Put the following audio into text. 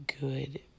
good